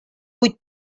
vuit